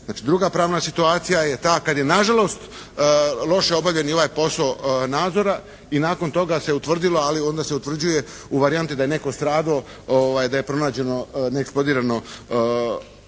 druga pravna situacija je ta kad je nažalost loše obavljen i ovaj posao nadzora i nakon toga se utvrdilo ali onda se utvrđuje u varijanti da je netko stradao, da je pronađeno neeksplodirano